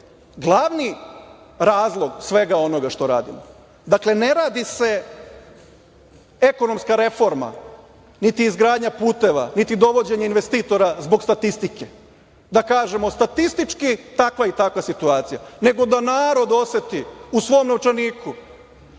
glavni razlog svega onoga što radimo. Dakle, ne radi se ekonomska reforma, niti izgradnja puteva, niti dovođenje investitora zbog statistike, da kažemo statistički takva i takva situacija. Nego narod da oseti u svom novčaniku